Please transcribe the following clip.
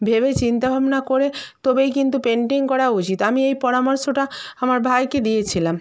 ভেবে চিন্তা ভাবনা করে তবেই কিন্তু পেন্টিং করা উচিৎ আমি এই পরামর্শটা আমার ভাইকে দিয়েছিলাম